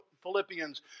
Philippians